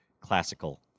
classical